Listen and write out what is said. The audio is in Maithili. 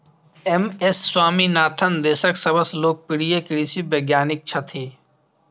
एम.एस स्वामीनाथन देशक सबसं लोकप्रिय कृषि वैज्ञानिक छथि